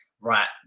right